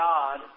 God